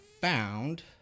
found